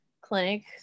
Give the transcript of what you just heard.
clinic